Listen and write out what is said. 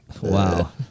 Wow